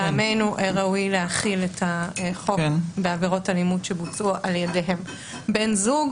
שלטעמנו ראוי להחיל את החוק בעבירות אלימות שבוצעו על-ידם: "בן זוג,